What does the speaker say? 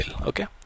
okay